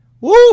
Woo